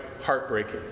heartbreaking